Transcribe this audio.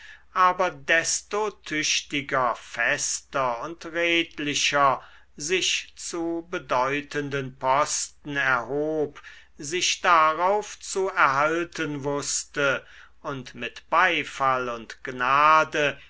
aber desto tüchtiger fester und redlicher sich zu bedeutenden posten erhob sich darauf zu erhalten wußte und mit beifall und gnade